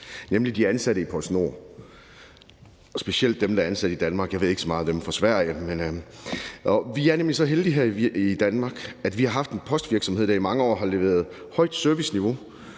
nemlig de ansatte i PostNord, specielt dem, der er ansat i Danmark – jeg ved ikke så meget om dem fra Sverige. Vi er nemlig så heldige her i Danmark, at vi har haft en postvirksomhed, der i mange år har leveret et højt serviceniveau